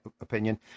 opinion